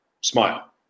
smile